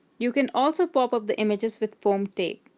you can also pop up the images with foam tape.